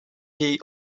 jej